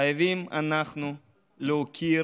חייבים אנחנו להוקיר